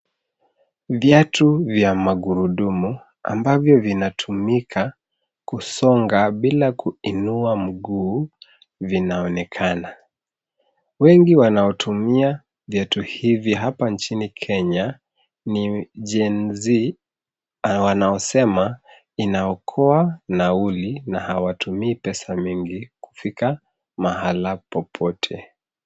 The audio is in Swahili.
Viatu vya magurudumu ambavyo vinatumika kusonga bila kuinua mguu vinaonekana. Wengi wanaotumia viatu hivi hapa nchini Kenya ni Gen-Z na wanaosema inaokoa nauli na hawatumii pesa mingi kufika mahala popote.